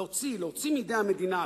להוציא, להוציא מידי המדינה.